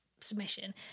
submission